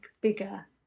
bigger